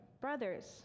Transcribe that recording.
Brothers